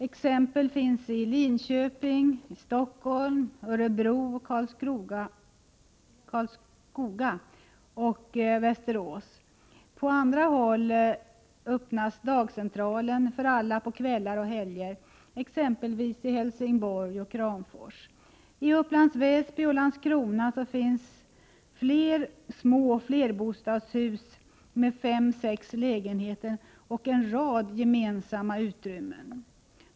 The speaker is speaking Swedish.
Exempel finns i Linköping, Stockholm, Örebro, Karlskoga och Västerås. På andra håll öppnas dagcentralen för alla på kvällar och helger, exempelvis i Helsingborg och Kramfors. I Upplands Väsby och Landskrona finns fler små flerbostadshus med fem-sex lägenheter och en rad gemensamma utrymmen.